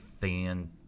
fan